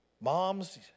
Moms